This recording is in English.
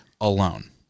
alone